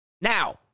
Now